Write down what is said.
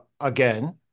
again